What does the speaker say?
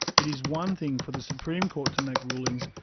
it is one thing for the supreme court to make rulings,